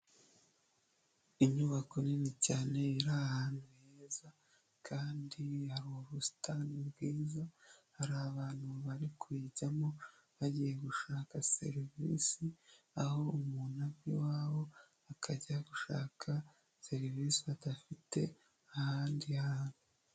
Inyubako nini cyane iri ahantu heza ,kandi hari ubusitani bwiza hari abantu bari kuyijyamo bagiye gushaka serivisi, aho umuntu ava iwabo akajya gushaka serivisi adafite ahandi hantu.